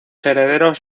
herederos